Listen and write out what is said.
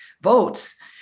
votes